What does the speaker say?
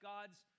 God's